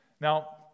Now